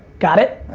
got it?